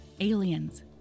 aliens